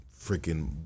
freaking